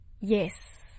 Yes